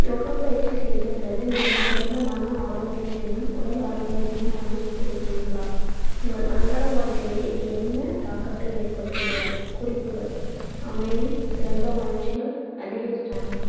யோகா பயிற்சி செய்த பிறகு நீங்கள் சிறந்த மன ஆரோக்கியத்தையும் உடல் ஆரோக்கியத்தையும் அனுபவித்திருக்கிறீர்களா உங்கள் அன்றாடய வாழ்க்கையில் இது என்ன தாக்கத்தை ஏற்படுத்துகிறது குறிப்புகள் அமைதி சிறந்த உணர்ச்சிகள் அதிக ஸ்டாமினா